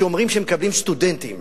אומרים שמקבלים סטודנטים